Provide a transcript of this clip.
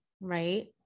right